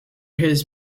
his